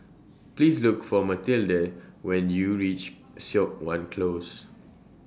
Please Look For Mathilde when YOU REACH Siok Wan Close